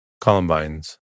Columbines